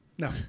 No